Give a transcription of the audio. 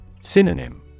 Synonym